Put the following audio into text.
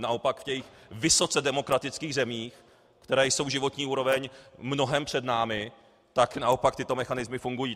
Naopak v těch vysoce demokratických zemích, které jsou životní úrovní v mnohém před námi, tyto mechanismy fungují.